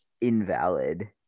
invalid